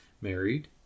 married